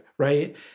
right